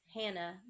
hannah